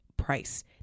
price